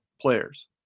players